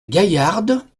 gaillarde